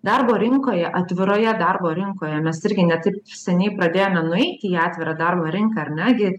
darbo rinkoje atviroje darbo rinkoje mes irgi ne taip seniai pradėjome nu eit į atvirą darbo rinką ar ne gi